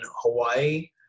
Hawaii